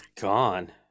gone